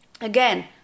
again